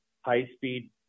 high-speed